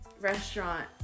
restaurant